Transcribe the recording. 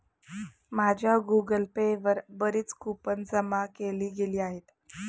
माझ्या Google Pay वर बरीच कूपन जमा केली गेली आहेत